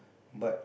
but